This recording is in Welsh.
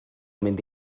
mynd